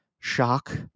Shock